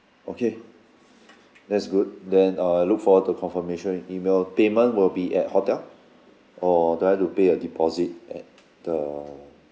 okay that's good then I look forward to confirmation email payment will be at hotel or do I have to pay a deposit at the